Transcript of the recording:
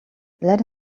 let